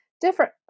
different